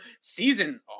season